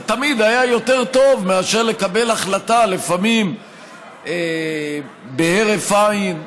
זה תמיד היה יותר טוב מאשר לקבל החלטה לפעמים בהרף עין,